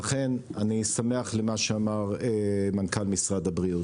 לכן, אני שמח לדברי מנכ"ל משרד הבריאות.